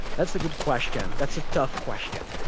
that's a good question. that's a tough question.